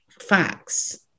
facts